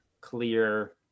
clear